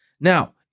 Now